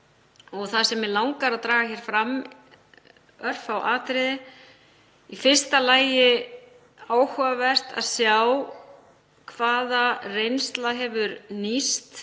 Mig langar að draga fram örfá atriði. Í fyrsta lagi er áhugavert að sjá hvaða reynsla hefur nýst